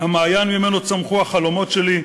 המעיין שממנו נולדו החלומות שלי,